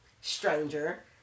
stranger